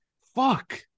fuck